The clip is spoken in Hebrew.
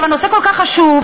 הנושא כל כך חשוב,